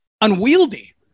unwieldy